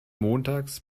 montags